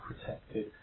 protected